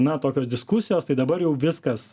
na tokios diskusijos tai dabar jau viskas